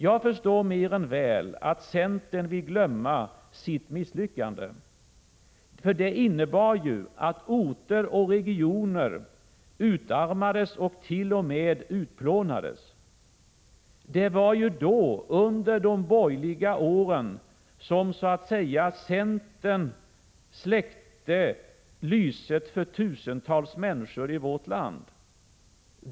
Jag förstår mer än väl att centern vill glömma sitt misslyckande, för det innebar ju att orter och regioner utarmades och t.o.m. utplånades. Det var ju då, under de borgerliga åren, som centern så att säga släckte lyset för tusentals människor i vårt land.